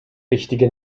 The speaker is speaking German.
wichtige